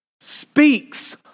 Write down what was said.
speaks